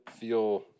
feel